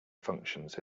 functions